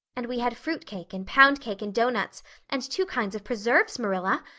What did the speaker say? and we had fruit cake and pound cake and doughnuts and two kinds of preserves, marilla.